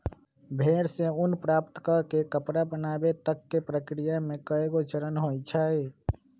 भेड़ से ऊन प्राप्त कऽ के कपड़ा बनाबे तक के प्रक्रिया में कएगो चरण होइ छइ